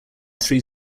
three